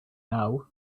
now